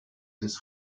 des